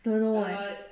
don't know eh